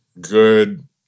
Good